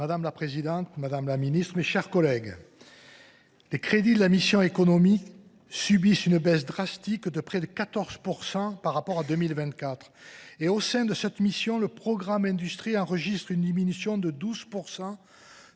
Madame la présidente, madame la ministre, mes chers collègues, les crédits de la mission « Économie » subissent une baisse drastique de près de 14 % par rapport à 2024. Et, au sein de cette mission, le programme consacré à l’industrie enregistre une diminution de 12